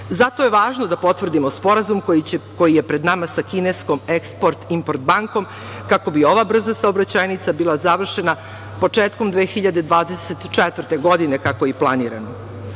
Zato je važno da potvrdimo sporazum koji je pred nama sa kineskom Eksport-import bankom, kako bi ova brza saobraćajnica bila završena početkom 2024. godine, kako je i planirano. Mi